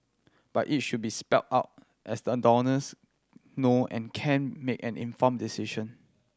but it should be spelled out as that donors know and can make an informed decision